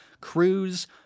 Cruz